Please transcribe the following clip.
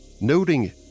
noting